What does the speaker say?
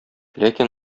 ләкин